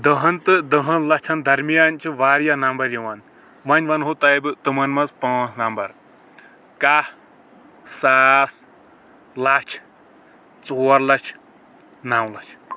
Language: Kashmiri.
دہن تہٕ دہن لچھن درمیان چھ واریاہ نمبر یِوان وۄنۍ ونو بہٕ تِمو منٛز پانٛژھ نمبر کاہہ ساس لچھ ژور لچھ نَو لچھ